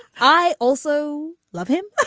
i also love him.